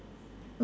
ya